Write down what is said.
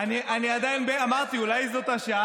מי קרא "כוחות האופל"?